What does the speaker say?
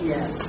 Yes